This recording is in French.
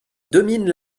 domine